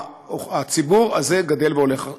והציבור הזה גדל והולך.